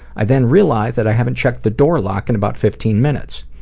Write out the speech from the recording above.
i then realized that i haven't checked the door lock in about fifteen minutes.